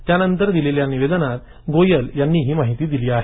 त्या नंतर दिलेल्या निवेदनात गोयल यांनी ही माहिती दिली आहे